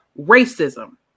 racism